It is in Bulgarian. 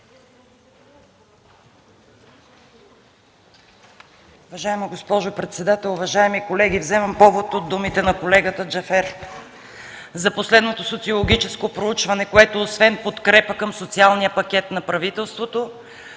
Уважаема госпожо председател, уважаеми колеги, вземам повод от думите на колегата Джафер за последното социологическо проучване, което освен подкрепа към социалния пакет на правителството,